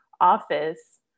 office